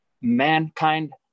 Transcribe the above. Mankind